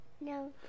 No